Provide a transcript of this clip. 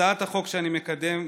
הצעת החוק שאני מקדם,